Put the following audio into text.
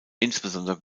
insbesondere